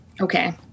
Okay